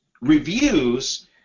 reviews